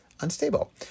Unstable